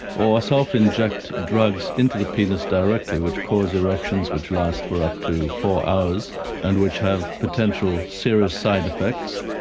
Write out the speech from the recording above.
or self-inject drugs into the penis directly which cause erections which last for up to four hours and which have potential serious side effects,